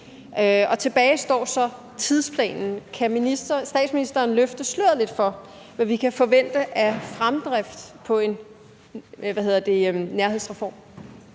Tilbage står så tidsplanen. Kan statsministeren løfte sløret lidt for, hvad vi kan forvente af fremdrift i forhold til en nærhedsreform?